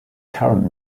current